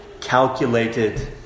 calculated